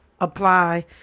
apply